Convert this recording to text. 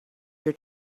your